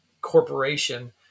corporation